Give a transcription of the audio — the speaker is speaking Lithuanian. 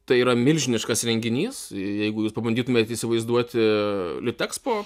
tai yra milžiniškas renginys jeigu jūs pabandytumėt įsivaizduoti litexpo